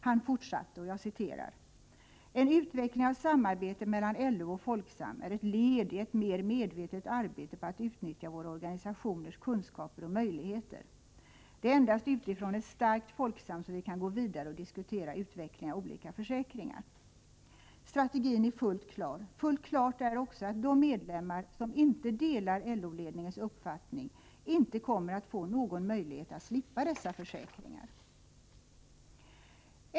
Han fortsatte: ”En utveckling av samarbetet mellan LO och Folksam är ett led i ett mer medvetet arbete på att utnyttja våra organisationers kunskaper och möjligheter. -—-—- Det är endast utifrån ett starkt Folksam som vi kan gå vidare och diskutera utvecklingen av olika försäkringar.” Strategin är fullt klar. Fullt klart är också att de medlemmar som inte delar LO-ledningens uppfattning inte kommer att få någon möjlighet att slippa dessa försäkringar.